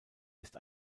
ist